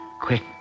Quick